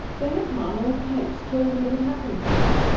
thereupon, old pipes told what had happened to him,